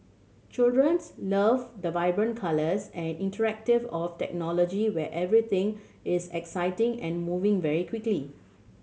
children love the vibrant colours and interactive of technology where everything is exciting and moving very quickly